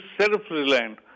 self-reliant